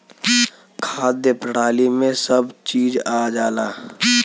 खाद्य प्रणाली में सब चीज आ जाला